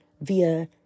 via